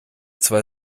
zwei